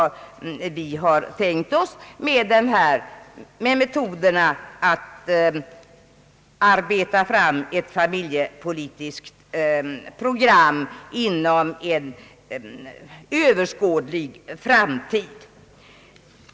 Det är förutsättningen för utarbetandet av ett familjepolitiskt program inom en överskådlig framtid.